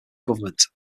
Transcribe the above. government